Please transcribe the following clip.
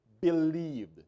believed